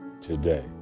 today